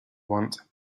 want